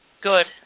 Good